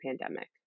pandemic